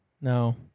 no